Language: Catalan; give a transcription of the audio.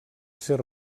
ser